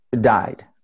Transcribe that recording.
died